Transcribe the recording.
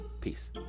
Peace